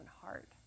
heart